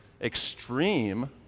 extreme